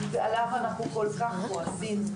ועליו אנחנו כל כך כועסים.